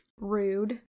Rude